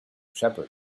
shepherd